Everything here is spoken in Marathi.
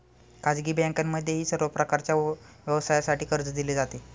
खाजगी बँकांमध्येही सर्व प्रकारच्या व्यवसायासाठी कर्ज दिले जाते